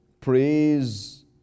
Praise